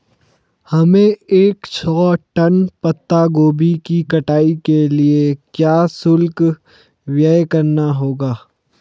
हमें एक सौ टन पत्ता गोभी की कटाई के लिए क्या शुल्क व्यय करना होगा?